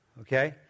okay